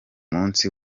musi